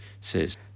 says